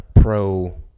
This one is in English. pro